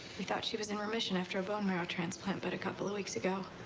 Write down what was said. we thought she was in remission after her bone marrow transplant, but a couple of weeks ago